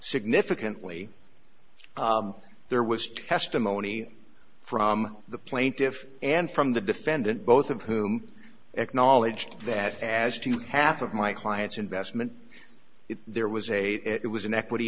significantly there was testimony from the plaintiffs and from the defendant both of whom acknowledged that as to half of my client's investment if there was a it was an equity